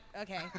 okay